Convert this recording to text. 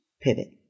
Pivot